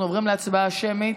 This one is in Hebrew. אנחנו עוברים להצבעה שמית.